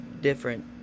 different